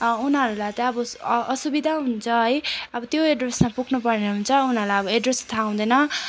उनीहरूलाई त्यही अब अ असुविधा हुन्छ है अब त्यो एड्रेसमा पुग्नुपर्ने हुन्छ उनीहरूलाई अब एड्रेसै थाहा हुँदैन